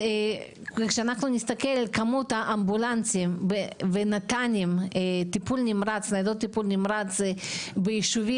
כשאנחנו נסתכל על כמות האמבולנסים וניידות טיפול הנמרץ ביישובים